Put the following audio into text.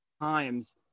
times